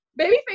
Babyface